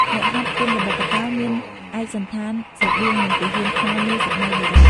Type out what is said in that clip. អ្នកហាត់គុនល្បុក្កតោមានឯកសណ្ឋានស្រដៀងនឹងទាហានខ្មែរនាសម័យបុរាណ។